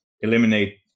eliminate